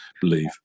believe